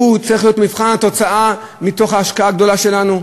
שהוא צריך להיות מבחן התוצאה מתוך ההשקעה הגדולה שלנו?